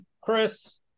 Chris